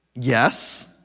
Yes